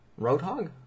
Roadhog